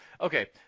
okay